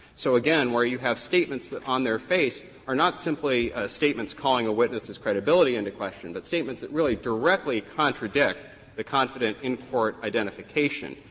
so again, where you have statements on their face are not simply ah statements calling a witness' credibility into question, but statements that really directly contradict the confident in-court identification,